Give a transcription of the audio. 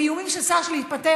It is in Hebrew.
עם איומים של שר להתפטר,